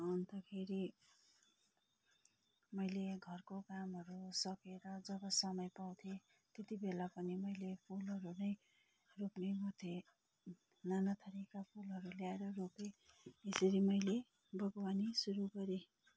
अन्तखेरि मैले या घरको कामहरू सकेर जब समय पाउथेँ त्यति बेला पनि मैले फुलहरू नै रोप्ने गर्थेँ नाना थरीका फुलहरू ल्याएर रोपेँ यसरी मैले बागवानी सुरु गरेँ